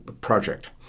project